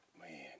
man